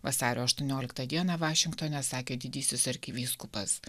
vasario aštuonioliktą dieną vašingtone sakė didysis arkivyskupas